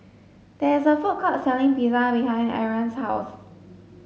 there is a food court selling Pizza behind Ariane's house